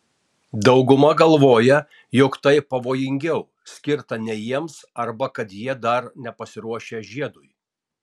dauguma galvoja jog tai pavojingiau skirta ne jiems arba kad jie dar nepasiruošę žiedui